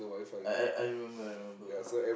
I I I remember I remember